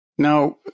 Now